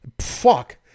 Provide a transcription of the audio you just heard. fuck